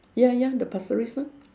ya ya the pasir ris one